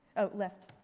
oh left,